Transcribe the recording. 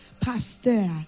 Pastor